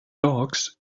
dogs